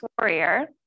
warrior